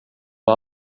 var